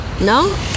No